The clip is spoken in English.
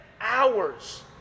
hours